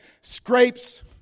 Scrapes